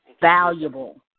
Valuable